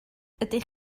ydych